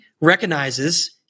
recognizes